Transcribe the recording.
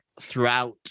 throughout